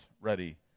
ready